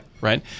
Right